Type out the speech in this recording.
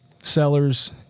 Sellers